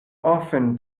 often